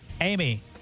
Amy